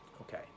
Okay